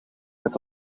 het